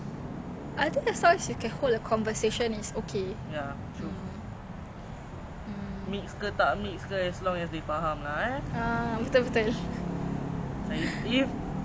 how how no like cause like I've been to M_R_T K everybody been to M_R_T stations but like like most of them they are like chinese